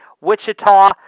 Wichita